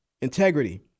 integrity